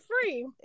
free